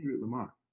Lamar